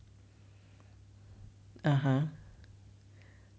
(uh huh)